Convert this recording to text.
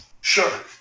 Sure